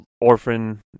Orphan